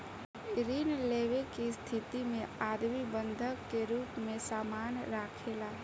ऋण लेवे के स्थिति में आदमी बंधक के रूप में सामान राखेला